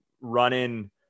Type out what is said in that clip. running